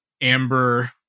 Amber